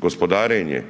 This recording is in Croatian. Gospodarenje